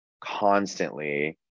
constantly